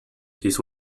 his